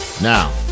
Now